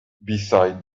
besides